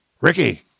Ricky